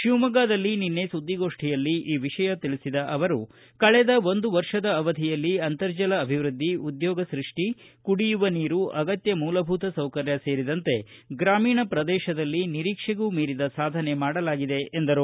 ಶಿವಮೊಗ್ಗದಲ್ಲಿ ನಿನ್ನೆ ಸುದ್ದಿಗೋಷ್ಠಿಯಲ್ಲಿ ಈ ವಿಷಯ ತಿಳಿಸಿದ ಅವರು ಕಳೆದ ಒಂದು ವರ್ಷದ ಅವಧಿಯಲ್ಲಿ ಅಂರ್ತಜಲ ಅಭಿವ್ದದ್ಲಿ ಉದ್ನೋಗ ಸ್ಕಷಿ ಕುಡಿಯುವ ನೀರು ಅಗತ್ಯ ಮೂಲಭೂತ ಸೌಕರ್ಯ ಸೇರಿದಂತೆ ಗ್ರಾಮೀಣ ಪ್ರದೇಶದಲ್ಲಿ ನಿರೀಕ್ಷೆಗೂ ಮೀರಿದ ಸಾಧನೆ ಮಾಡಲಾಗಿದೆ ಎಂದರು